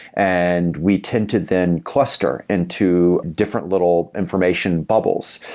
and we tend to then cluster into different little information bubbles.